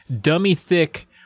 dummy-thick